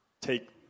take